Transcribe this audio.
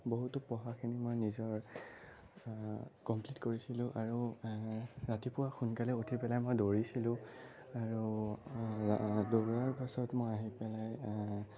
বহুতো পঢ়াখিনি মই নিজৰ কমপ্লিট কৰিছিলোঁ আৰু ৰাতিপুৱা সোনকালে উঠি পেলাই মই দৌৰিছিলোঁ আৰু দৌৰাৰ পাছত মই আহি পেলাই